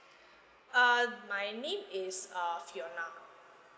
uh my name is uh fiona